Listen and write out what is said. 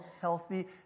healthy